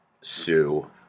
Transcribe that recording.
Sue